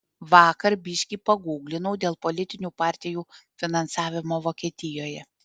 vakar biški pagūglinau dėl politinių partijų finansavimo vokietijoje